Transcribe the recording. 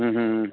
മ് ഹ്